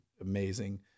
amazing